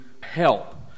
help